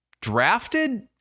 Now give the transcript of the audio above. Drafted